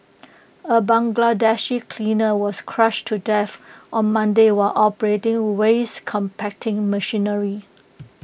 A Bangladeshi cleaner was crushed to death on Monday while operating waste compacting machinery